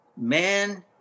Man